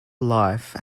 life